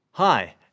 Hi